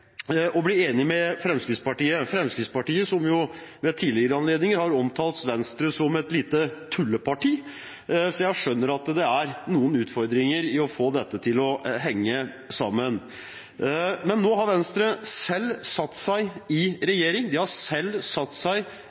Fremskrittspartiet, som ved tidligere anledninger har omtalt Venstre som «et lite tulleparti». Så jeg skjønner at det er noen utfordringer med å få dette til å henge sammen. Men nå har Venstre selv satt seg i regjering, de har selv satt seg